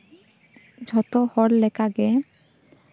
ᱡᱷᱚᱛᱚ ᱦᱚᱲ ᱞᱮᱠᱟᱜᱮ